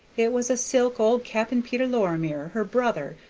it was a silk old cap'n peter lorimer, her brother,